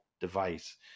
device